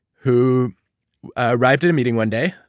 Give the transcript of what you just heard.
who arrived at a meeting one day,